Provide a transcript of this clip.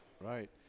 Right